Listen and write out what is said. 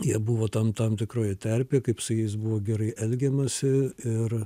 jie buvo tam tam tikroj terpėj kaip su jais buvo gerai elgiamasi ir